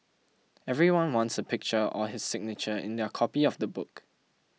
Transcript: everyone wants a picture or his signature in their copy of the book